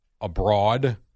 abroad